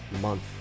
month